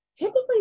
Typically